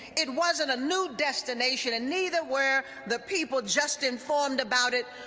it wasn't a new destination and neither were the people just informed about it,